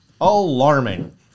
alarming